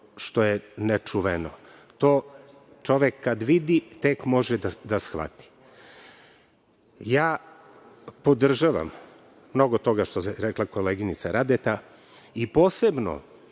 što je nečuveno. To čovek kada vidi tek može da shvati. Ja podržavam mnogo toga što je rekla koleginica Radeta i posebno,